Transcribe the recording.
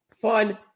fun